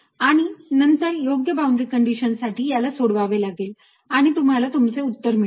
आणि नंतर योग्य बाउंड्री कंडीशन साठी याला सोडवावे लागेल आणि तुम्हाला तुमचे उत्तर मिळेल